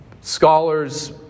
Scholars